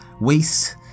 waste